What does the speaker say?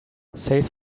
says